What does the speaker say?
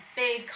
big